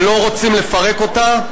ולא רוצים לפרק אותה.